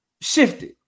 shifted